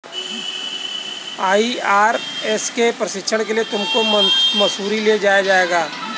IRS के प्रशिक्षण के लिए तुमको मसूरी ले जाया जाएगा